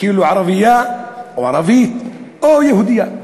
כאילו היא ערבייה או ערבי או יהודייה.